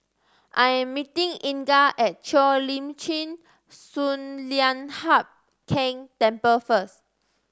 I am meeting Inga at Cheo Lim Chin Sun Lian Hup Keng Temple first